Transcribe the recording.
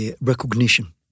recognition